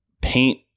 paint